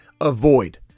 avoid